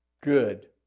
good